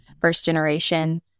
first-generation